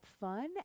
fun